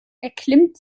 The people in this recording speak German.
erklimmt